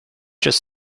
just